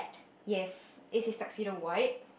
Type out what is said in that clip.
yes is his tuxedo white